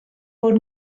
bod